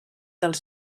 dels